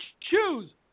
choose